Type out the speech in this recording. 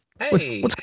Hey